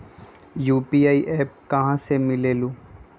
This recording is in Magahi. यू.पी.आई एप्प कहा से मिलेलु?